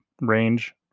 range